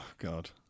God